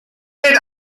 mit